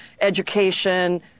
education